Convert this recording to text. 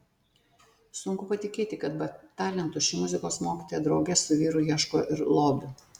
sunku patikėti kad be talentų ši muzikos mokytoja drauge su vyru ieško ir lobių